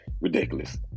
Ridiculous